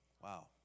Wow